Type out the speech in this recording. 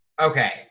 Okay